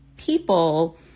people